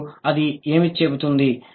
మరియు అది ఏమి చెబుతుంది